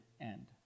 end